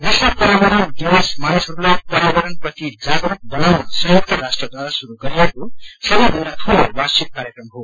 विश्व पर्योवरण दिवस मानिसहस्लाई प्यावरण प्रति जागरूक बनाउन संयुक्त राष्ट्रबारा श्रुस गरिएको सबै भन्दा ठूलो वार्षिक कार्यक्रम हो